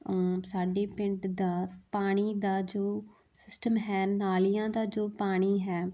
ਸਾਡੇ ਪਿੰਡ ਦਾ ਪਾਣੀ ਦਾ ਜੋ ਸਿਸਟਮ ਹੈ ਨਾਲੀਆਂ ਦਾ ਜੋ ਪਾਣੀ ਹੈ